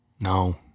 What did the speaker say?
No